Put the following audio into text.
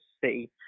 City